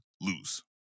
lose